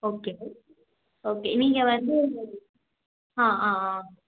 okay okay நீங்கள் வந்து ஆ ஆ ஆ